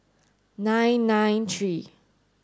nine nine three